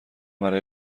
برای